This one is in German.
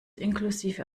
inklusive